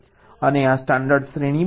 અને આ સ્ટાન્ડર્ડ્સ શ્રેણીબદ્ધ છે